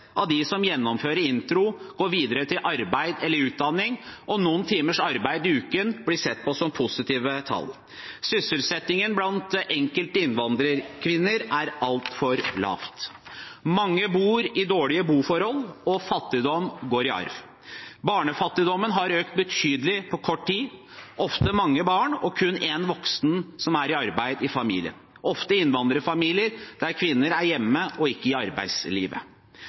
av dem som gjennomfører introkurs, går videre til arbeid eller utdanning. Noen timers arbeid i uken blir sett på som positive tall. Sysselsettingen blant enkelte innvandrerkvinner er altfor lav. Mange har dårlige boforhold, og fattigdom går i arv. Barnefattigdommen har økt betydelig på kort tid. Ofte er det mange barn, og kun én voksen er i arbeid i familien – ofte i innvandrerfamilier der kvinner er hjemme og ikke i arbeidslivet.